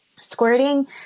squirting